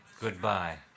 goodbye